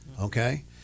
okay